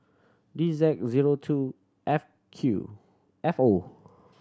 D Z zero two F Q F O